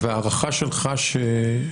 וההערכה שלך ש-?